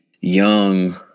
young